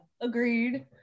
agreed